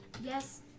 Yes